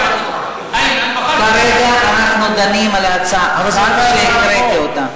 כרגע אנחנו דנים בהצעה שהקראתי.